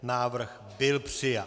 Návrh byl přijat.